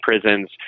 prisons